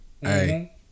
hey